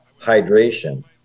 hydration